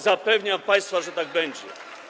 Zapewniam państwa, że tak będzie.